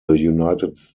united